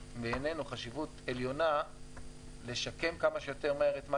יש בעינינו חשיבות עליונה לשקם כמה שיותר מהר את מה